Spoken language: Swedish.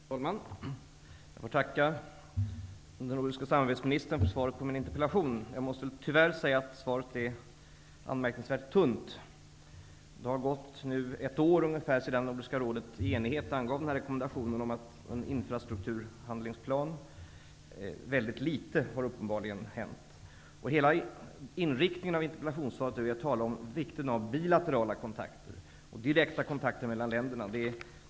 Fru talman! Jag tackar den nordiske samarbetsministern för svaret på min interpellation. Jag måste tyvärr säga att svaret är anmärkningsvärt tunt. Det har nu gått ungefär ett år sedan Nordiska rådet i enighet angav rekommendationen om en infrastrukturhandlingsplan. Väldigt litet har uppenbarligen hänt. Hela inriktningen av interpellationssvaret betonar vikten av bilaterala kontakter och direkta kontakter mellan länderna.